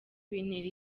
bintera